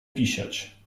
pisiać